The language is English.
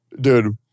Dude